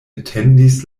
etendis